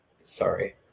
sorry